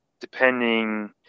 Depending